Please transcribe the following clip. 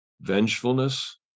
vengefulness